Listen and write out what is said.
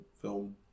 film